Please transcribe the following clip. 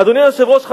אדוני היושב-ראש,